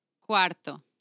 Cuarto